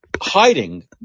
hiding